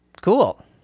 cool